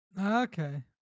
Okay